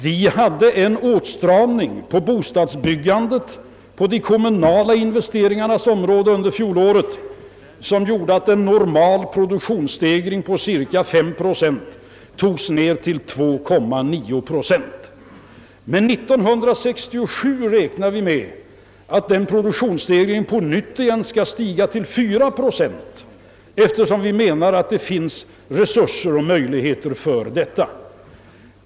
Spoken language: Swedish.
Vi hade en åtstramning på bostadsbyggandets område och på de kommunala investeringarnas område under fjolåret som gjorde att en normal produktionsstegring på cirka 5 procent togs ned till 2,9 procent. Men för 1967 räknar vi med att produktionsstegringen återigen skall öka och bli 4 procent, eftersom vi menar att det finns resurser och möjligheter för detta.